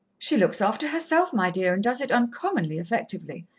she looks after herself, my dear, and does it uncommonly effectively.